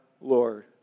Lord